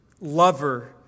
lover